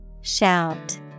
Shout